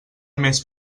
més